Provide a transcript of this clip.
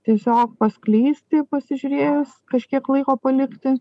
tiesiog paskleisti pasižiūrėjus kažkiek laiko palikti